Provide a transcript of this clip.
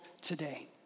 today